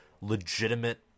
legitimate